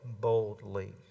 boldly